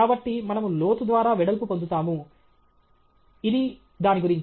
కాబట్టి మనము లోతు ద్వారా వెడల్పు పొందుతాము ఇది దాని గురించి